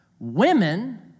Women